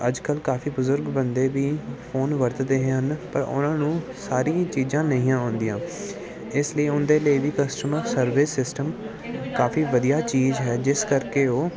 ਅੱਜ ਕੱਲ੍ਹ ਕਾਫੀ ਬਜ਼ੁਰਗ ਬੰਦੇ ਵੀ ਫੋਨ ਵਰਤਦੇ ਹਨ ਪਰ ਉਹਨਾਂ ਨੂੰ ਸਾਰੀ ਚੀਜ਼ਾਂ ਨਹੀਂ ਆਉਂਦੀਆਂ ਇਸ ਲਈ ਉਹਦੇ ਲਈ ਵੀ ਕਸਟਮਰ ਸਰਵਿਸ ਸਿਸਟਮ ਕਾਫੀ ਵਧੀਆ ਚੀਜ਼ ਹੈ ਜਿਸ ਕਰਕੇ ਉਹ